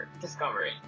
discovery